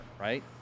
right